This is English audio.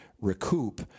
recoup